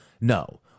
no